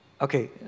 okay